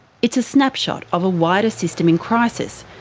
it's a snapshot of a wider system in crisis,